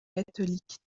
catholiques